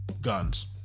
guns